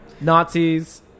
Nazis